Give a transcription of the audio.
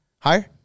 Higher